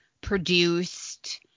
produced